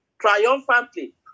triumphantly